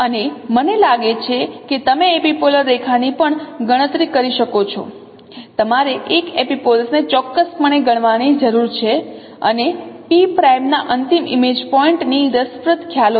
અને મને લાગે છે કે તમે એપિપોલર રેખા ની પણ ગણતરી કરી શકો છો તમારે એક એપિપોલ્સ ને ચોક્કસપણે ગણવાની જરૂર છે અને P પ્રાઇમ ના અંતિમ ઇમેજ પોઇન્ટ ની રસપ્રદ ખ્યાલો છે